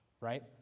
Right